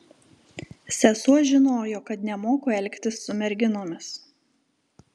sesuo žinojo kad nemoku elgtis su merginomis